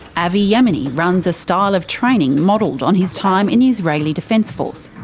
avi yemini runs a style of training modelled on his time in the israeli defence force.